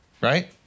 Right